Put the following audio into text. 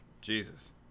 Jesus